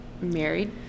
married